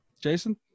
Jason